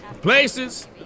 Places